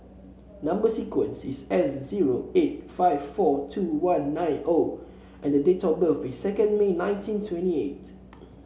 number sequence is S zero eight five four two one nine O and the date of birth is second May nineteen twenty eight